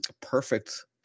perfect